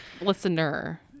Listener